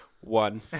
one